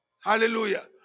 Hallelujah